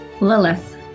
Lilith